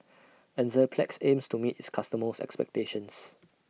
Enzyplex aims to meet its customers' expectations